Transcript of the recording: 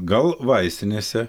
gal vaistinėse